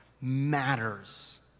matters